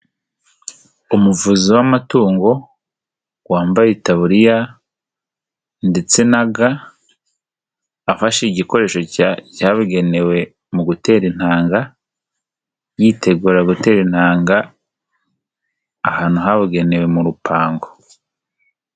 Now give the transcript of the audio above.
Umuvuzi w'amatungo wambaye itaburiya ndetse na ga afashe igikoresho cyabugenewe mu gutera intanga yitegura gutera intangaga ahantu habugenewe mu rupango.